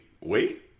wait